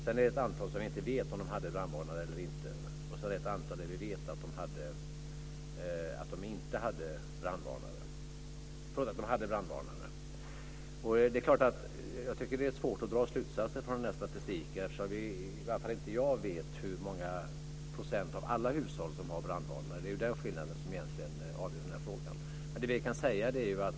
Sedan är det ett antal där vi inte vet om de hade brandvarnare eller inte och ett antal där vi vet att de hade brandvarnare. Det är svårt att dra slutsatser från den statistiken, eftersom i varje fall jag inte vet hur många procent av alla hushåll som har brandvarnare. Det är den skillnaden som egentligen är den avgörande frågan.